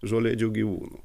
žolėdžių gyvūnų